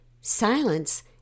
Silence